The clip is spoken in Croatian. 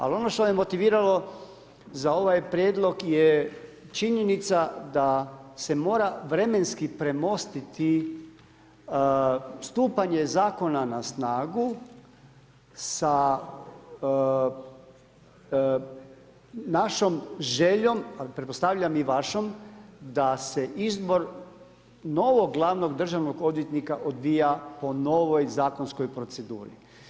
Ali ono što me motiviralo za ovaj prijedlog je činjenica da se mora vremenski premostiti stupanje zakona na snagu sa našom željom, a pretpostavljam i vašom, da se izbor novog glavnog državnog odvija po novoj zakonskoj proceduri.